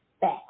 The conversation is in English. bad